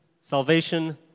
salvation